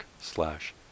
slash